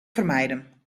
vermijden